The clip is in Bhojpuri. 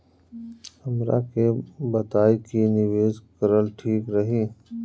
हमरा के बताई की निवेश करल ठीक रही?